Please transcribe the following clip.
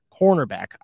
Cornerback